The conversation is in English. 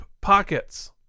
pockets